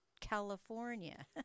California